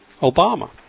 Obama